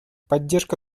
поддержка